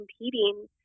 competing